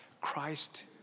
Christ